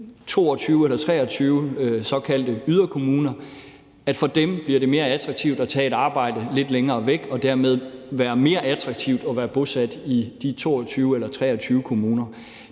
22 eller 23 såkaldte yderkommuner bliver mere attraktivt at tage et arbejde lidt længere væk, og dermed bliver det mere attraktivt at være bosat i de 22 eller 23 kommuner.